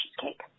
cheesecake